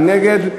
מי נגד?